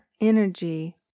energy